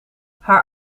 haar